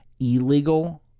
illegal